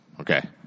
Okay